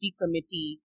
committee